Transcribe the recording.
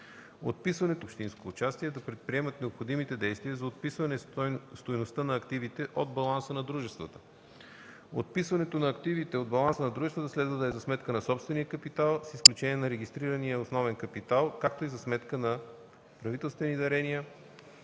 държавно или общинско участие, да предприемат необходимите действия за отписване стойността на активите от баланса на дружествата. Отписването на активите от баланса на дружествата следва да е за сметка на собствения капитал, с изключение на регистрирания основен капитал, както и за сметка на правителствени дарения,